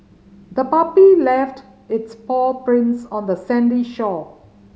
the puppy left its paw prints on the sandy shore